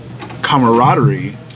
camaraderie